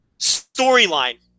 storyline